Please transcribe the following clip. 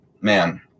man